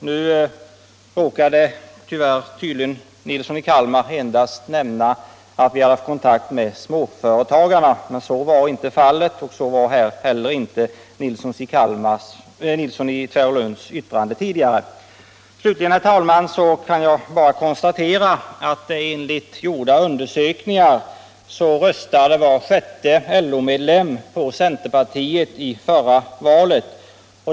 Nu råkade tyvärr herr Nilsson i Kalmar säga att vi endast har haft kontakt med småföretagarna, men så var inte fallet, och så uttalade sig inte heller herr Nilsson i Tvärålund. Slutligen, herr talman, vill jag bara konstatera att enligt gjorda undersökningar röstade i det förra valet var sjätte LO-medlem på centerpartiet.